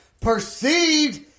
Perceived